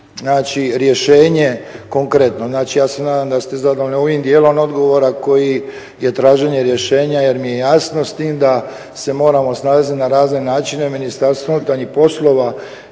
znači rješenje konkretno. Znači ja se nadam da ste zadovoljni ovim dijelom odgovora koji je traženje rješenje jer mi je jasno s time da se moramo snalaziti na razne načine. U Ministarstvu unutarnjih poslova